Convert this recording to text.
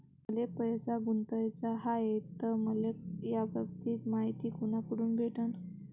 मले पैसा गुंतवाचा हाय तर मले याबाबतीची मायती कुनाकडून भेटन?